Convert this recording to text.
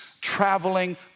traveling